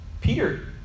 Peter